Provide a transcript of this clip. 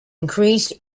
increased